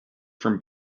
from